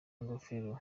ingofero